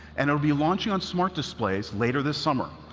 and it will be launching on smart displays later this summer,